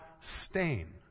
stain